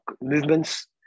movements